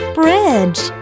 bridge